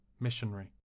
Missionary